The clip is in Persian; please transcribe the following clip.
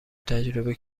تجربه